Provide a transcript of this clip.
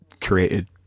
created